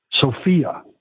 Sophia